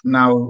now